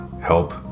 help